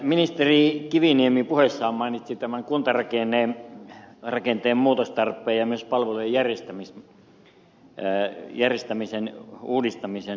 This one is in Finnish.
ministeri kiviniemi puheessaan mainitsi tämän kuntarakenteen muutostarpeen ja myös palvelujen järjestämisen uudistamisen